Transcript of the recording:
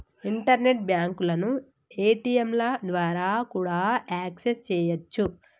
internet బ్యాంకులను ఏ.టీ.యంల ద్వారా కూడా యాక్సెస్ చెయ్యొచ్చు